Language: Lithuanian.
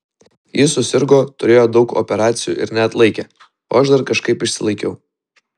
ji susirgo turėjo daug operacijų ir neatlaikė o aš dar kažkaip išsilaikau